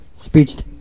speeched